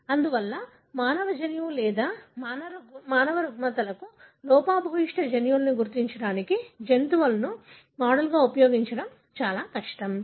అందువల్ల మానవ జన్యువు లేదా లేదా మానవ రుగ్మతలకు లోపభూయిష్ట జన్యువులను గుర్తించడానికి జంతువులను మోడల్గా ఉపయోగించడం చాలా కష్టం